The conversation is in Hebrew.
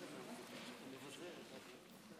אני רשום ברשימה?